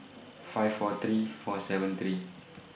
five four three four seven three